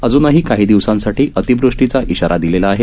अजूनही काही दिवसांसाठी अतिवृष्टीचा इशारा दिलेला आहे